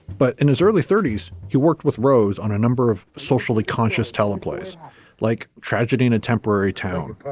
but in his early thirties, he worked with rose on a number of socially conscious talent plays like tragedy in a temporary town,